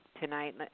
tonight